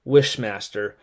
Wishmaster